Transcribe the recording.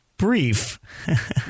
Brief